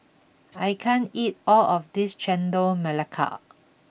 I can't eat all of this Chendol Melaka